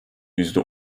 yüzde